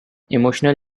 emotional